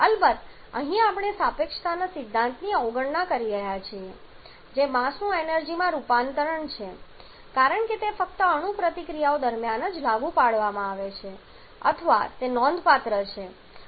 અલબત્ત અહીં આપણે સાપેક્ષતાના સિદ્ધાંતની અવગણના કરી રહ્યા છીએ જે માસનું એનર્જી માં રૂપાંતર છે કારણ કે તે ફક્ત અણુ પ્રતિક્રિયાઓ દરમિયાન જ લાગુ પડે છે અથવા તે નોંધપાત્ર છે